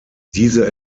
diese